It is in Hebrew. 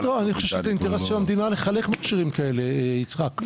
אני חושב שזה אינטרס של המדינה לחלק מכשירים כאלו יצחק,